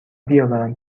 بیاورم